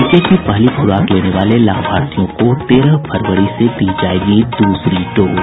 टीके की पहली खुराक लेने वाले लाभार्थियों को तेरह फरवरी से दी जायेगी दूसरी डोज